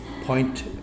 point